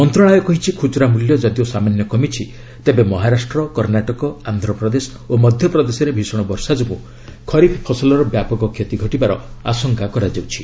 ମନ୍ତ୍ରଣାଳୟ କହିଛି ଖୁଚୁରା ମୂଲ୍ୟ ଯଦିଓ ସାମାନ୍ୟ କମିଛି ତେବେ ମହାରାଷ୍ଟ୍ର କର୍ଷ୍ଣାଟକ ଆନ୍ଧ୍ରପ୍ରଦେଶ ଓ ମଧ୍ୟପ୍ରଦେଶରେ ଭୀଷଣ ବର୍ଷା ଯୋଗୁଁ ଖରିଫ୍ ଫସଲର ବ୍ୟାପକ କ୍ଷତି ଘଟିବାର ଆଶଙ୍କା କରାଯାଉଛି